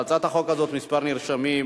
להצעת החוק הזאת כמה נרשמים: